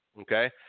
Okay